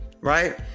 Right